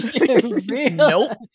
Nope